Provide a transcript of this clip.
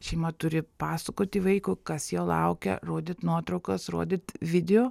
šeima turi pasakoti vaikui kas jo laukia rodyt nuotraukas rodyt video